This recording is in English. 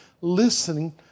Listening